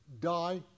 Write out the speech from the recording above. die